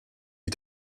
you